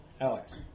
Alex